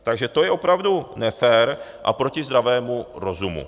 Takže to je opravdu nefér a proti zdravému rozumu.